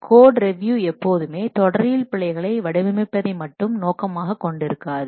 code review எப்போதுமே தொடரியல் பிழைகளை வடிவமைப்பதை மட்டும் நோக்கமாகக் கொண்டு இருக்காது